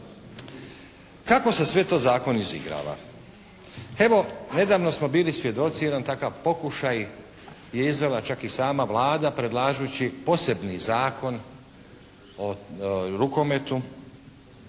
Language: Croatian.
Kako se sve to zakon izigrava? Evo nedavno smo bili svjedoci, jedan takav pokušaj je izvela čak i sama Vlada predlažući posebni zakon o rukometu